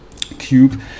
cube